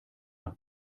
nach